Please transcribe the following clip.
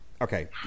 Okay